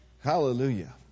Hallelujah